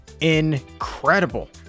incredible